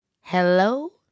Hello